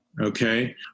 Okay